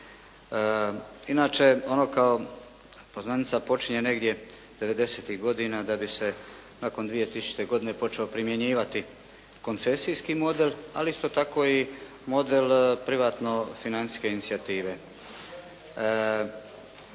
Inače, ono kao poznanica počinje negdje '90.-ih godina da bi se nakon 2000 godine počeo primjenjivati koncesijski model, ali isto tako model privatno financijske inicijative.